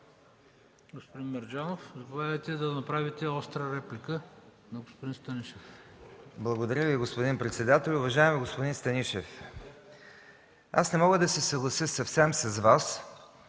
Господин Мерджанов, заповядайте да направите остра реплика на господин Станишев. АТАНАС МЕРДЖАНОВ (КБ): Благодаря Ви, господин председател. Уважаеми господин Станишев, не мога да се съглася съвсем с Вас